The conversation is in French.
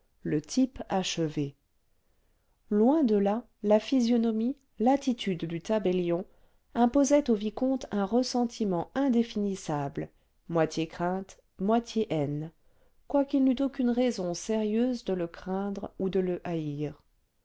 le type achevé loin de là la physionomie l'attitude du tabellion imposaient au vicomte un ressentiment indéfinissable moitié crainte moitié haine quoiqu'il n'eût aucune raison sérieuse de le craindre ou de le haïr